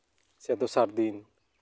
ᱥᱮ ᱫᱚᱥᱟᱨ ᱫᱤᱱ